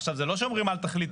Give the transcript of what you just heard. עכשיו, זה לא שאומרים אל תחליטו.